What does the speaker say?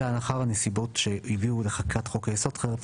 אלא לאחר הנסיבות שהביאו לחקיקת חוק היסוד חרף